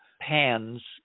pans